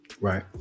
Right